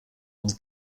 und